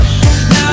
Now